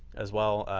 as well.